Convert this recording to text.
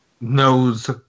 knows